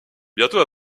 bientôt